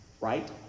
right